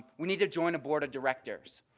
we need to join a board of directors.